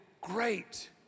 great